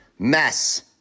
Mess